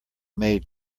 maid